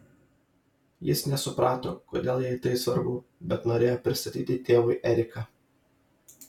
jis nesuprato kodėl jai tai svarbu bet norėjo pristatyti tėvui eriką